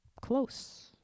close